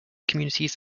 communities